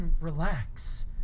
relax